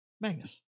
Magnus